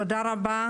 תודה רבה.